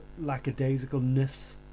lackadaisicalness